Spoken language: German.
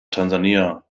tansania